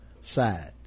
side